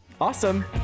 awesome